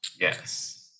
Yes